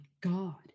God